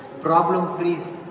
problem-free